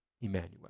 Emmanuel